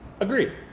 Agree